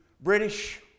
British